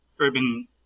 urban